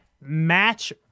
match